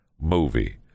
movie